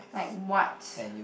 like what